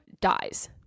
dies